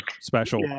special